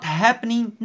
happening